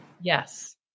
Yes